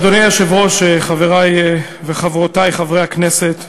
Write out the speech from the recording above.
אדוני היושב-ראש, חברי וחברותי חברי הכנסת,